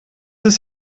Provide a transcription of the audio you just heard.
ist